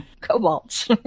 Cobalt